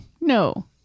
No